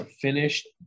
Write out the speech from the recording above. finished